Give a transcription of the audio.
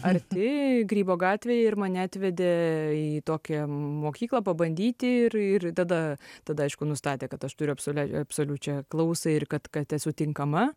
arti grybo gatvėj ir mane atvedė į tokią mokyklą pabandyti ir tada tada aišku nustatė kad aš turiu absolia absoliučią klausą ir kad kad esu tinkama